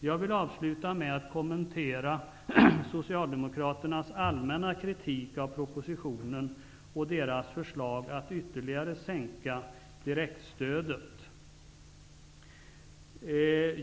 Jag vill avsluta med att kommentera Socialdemokraternas allmänna kritik av propositionen och deras förslag att ytterligare sänka direktstödet.